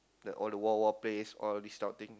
that all the World War place all these type of thing